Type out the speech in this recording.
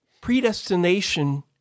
predestination